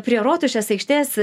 prie rotušės aikštės